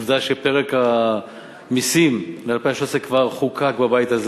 עובדה שפרק המסים ל-2013 כבר חוקק בבית הזה